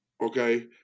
okay